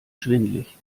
schwindelig